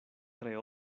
tre